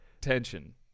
tension